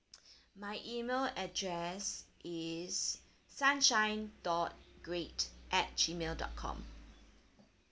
my email address is sunshine dot great at gmail dot com